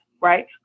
right